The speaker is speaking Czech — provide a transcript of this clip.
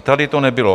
Tady to nebylo.